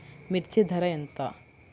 మిర్చి ధర ఎంత?